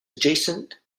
adjacent